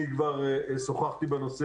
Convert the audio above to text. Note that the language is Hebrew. אני כבר שוחחתי בנושא,